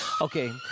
Okay